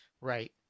Right